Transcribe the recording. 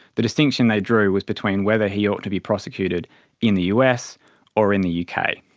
the distinction they drew was between whether he ought to be prosecuted in the us or in the yeah kind of